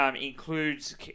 includes